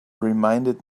reminded